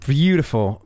beautiful